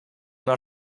naar